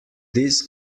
this